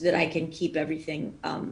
כך אני יכולה לארגן את המידע שנאסף.